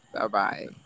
Bye-bye